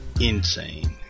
insane